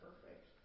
perfect